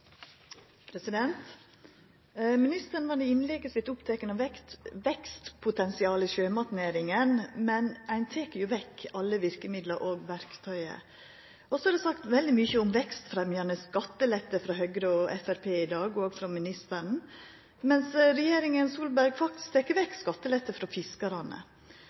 Ministeren var i innlegget sitt oppteken av vekstpotensialet i sjømatnæringa, men ein tek jo vekk alle verkemidla og verktøyet. Så er det sagt veldig mykje om vekstfremjande skattelette frå Høgre og Framstegspartiet i dag, og frå ministeren, mens Solberg-regjeringa faktisk tek vekk skattelette frå fiskarane.